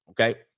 Okay